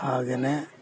ಹಾಗೇನೇ